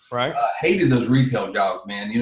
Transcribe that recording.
right. i hated those retail jobs man,